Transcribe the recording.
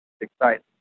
exciting